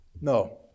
No